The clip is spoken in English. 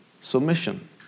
Submission